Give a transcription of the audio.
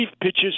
pitches